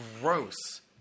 gross